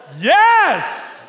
Yes